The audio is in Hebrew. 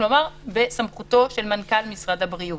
כלומר בסמכותו של מנכ"ל משרד הבריאות.